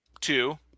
two